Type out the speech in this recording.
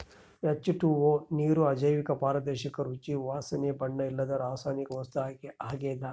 H two O ನೀರು ಅಜೈವಿಕ ಪಾರದರ್ಶಕ ರುಚಿ ವಾಸನೆ ಬಣ್ಣ ಇಲ್ಲದ ರಾಸಾಯನಿಕ ವಸ್ತು ಆಗ್ಯದ